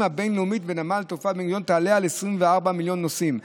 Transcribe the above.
הבין-לאומית בנמל תעופה תעלה על 24 מיליון נוסעים,